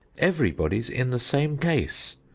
everybody's in the same case.